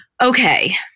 Okay